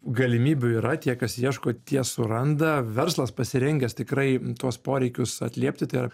galimybių yra tie kas ieško tie suranda verslas pasirengęs tikrai tuos poreikius atliepti tai yra